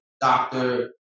doctor